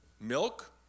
milk